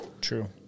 True